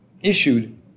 issued